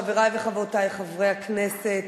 חברי וחברותי חברי הכנסת,